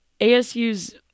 ASU's